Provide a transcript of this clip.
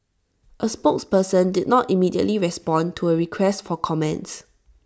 A spokesperson did not immediately respond to A request for comments